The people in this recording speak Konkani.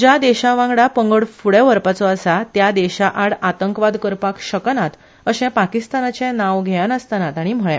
ज्या देशा वांगडा पंगड फ्डे व्हरपाचो आसा त्या देशा आड आतंकवाद करपाक शकनात अशे पाकिस्तानाचे नाव घेयनास्तना तांणी म्हळे